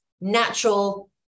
natural